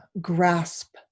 grasp